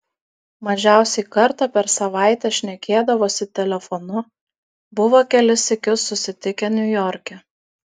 mažiausiai kartą per savaitę šnekėdavosi telefonu buvo kelis sykius susitikę niujorke